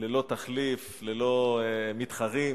ללא תחליף, ללא מתחרים.